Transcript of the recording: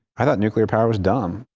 i thought nuclear power was dumb.